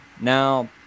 now